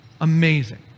amazing